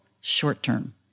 short-term